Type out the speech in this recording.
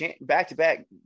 back-to-back